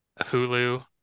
Hulu